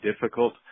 difficult